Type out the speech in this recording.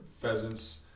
pheasants